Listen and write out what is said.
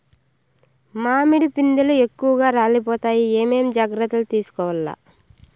మామిడి పిందెలు ఎక్కువగా రాలిపోతాయి ఏమేం జాగ్రత్తలు తీసుకోవల్ల?